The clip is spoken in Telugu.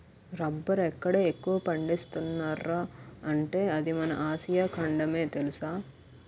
రబ్బరెక్కడ ఎక్కువ పండిస్తున్నార్రా అంటే అది మన ఆసియా ఖండమే తెలుసా?